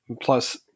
plus